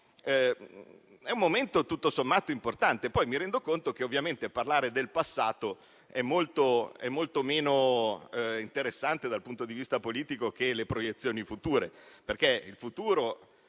è un momento tutto sommato importante. Poi mi rendo conto che ovviamente parlare del passato è molto meno interessante, dal punto di vista politico, rispetto alle proiezioni future, perché il futuro